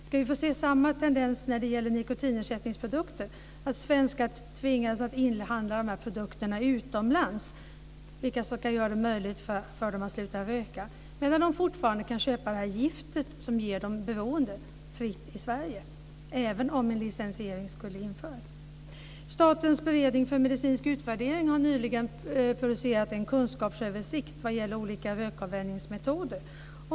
Ska vi få samma tendens när det gäller nikotinersättningsprodukter - att svenskar ska tvingas att inhandla produkterna utomlands för att det ska vara möjligt för dem att sluta röka, medan de fortfarande fritt kan köpa giftet som ger dem beroendet i Sverige - även om en licensiering skulle införas? Statens beredning för medicinsk utvärdering har nyligen publicerat en kunskapsöversikt vad gäller olika rökavvänjningsmetoder.